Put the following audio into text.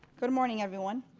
good morning, everyone.